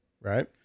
Right